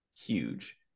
Huge